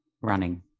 Running